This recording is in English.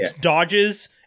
dodges